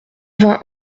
vingt